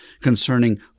concerning